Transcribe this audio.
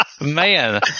Man